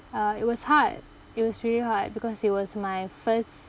uh it was hard it was really hard because it was my first